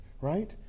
Right